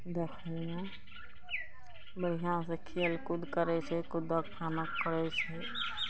देखयमे बढ़िआँसँ खेलकूद करय छै कुदक फानक करय छै